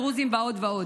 דרוזים ועוד ועוד.